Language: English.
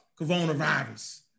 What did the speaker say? coronavirus